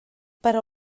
però